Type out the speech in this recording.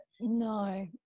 No